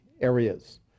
areas